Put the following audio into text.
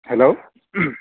hello